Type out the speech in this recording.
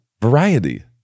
Variety